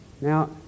Now